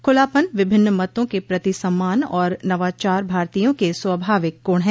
खूलापन विभिन्न मतों के प्रति सम्मान और नवाचार भारतीयों के स्वाभाविक गुण हैं